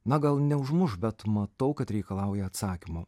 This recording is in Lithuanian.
na gal neužmuš bet matau kad reikalauja atsakymo